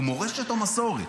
הוא מורשת או מסורת?